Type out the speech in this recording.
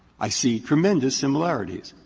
i see tremendous similarities,